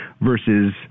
versus